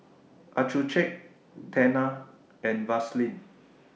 Accucheck Tena and Vaselin